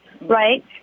right